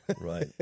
right